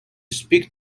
speak